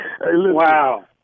Wow